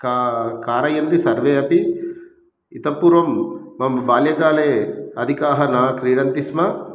का कारयन्ति सर्वे अपि इतःपूर्वं मम बाल्यकाले अधिकाः न क्रीडन्ति स्म